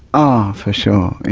oh for sure,